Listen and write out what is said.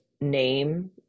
name